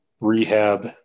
rehab